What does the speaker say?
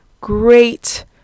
great